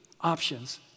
options